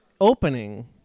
opening